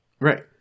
right